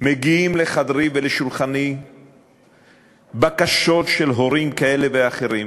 מגיעות לחדרי ולשולחני בקשות של הורים כאלה ואחרים